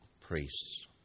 priests